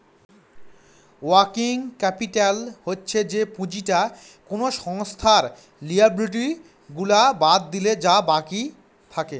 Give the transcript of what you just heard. working capital হচ্ছে যে পুঁজিটা কোনো সংস্থার লিয়াবিলিটি গুলা বাদ দিলে যা বাকি থাকে